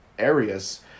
areas